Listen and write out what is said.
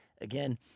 Again